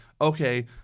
okay